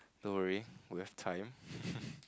don't worry we have time